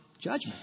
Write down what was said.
judgment